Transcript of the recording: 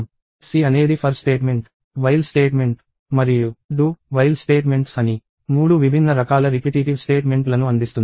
C అనేది for statement while statement మరియు do while statements అని మూడు విభిన్న రకాల రిపిటీటివ్ స్టేట్మెంట్లను అందిస్తుంది